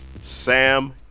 Sam